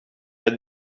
het